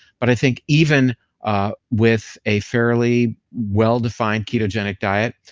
but i think even with a fairly well-defined ketogenic diet,